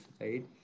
right